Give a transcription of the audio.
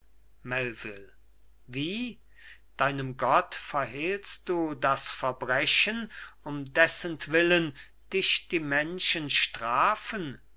wie deinem gott verhehlst du das verbrechen um dessentwillen dich die menschen strafen